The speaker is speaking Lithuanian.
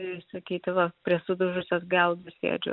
ir sakyti va prie sudužusios geldos sėdžiu